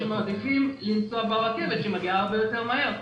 מעדיפים לנסוע ברכבת שמגיעה הרבה יותר מהר.